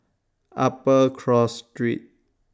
Upper Cross Street